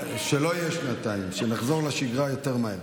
שלא יהיה שנתיים, שנחזור לשגרה יותר מהר.